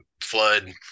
flood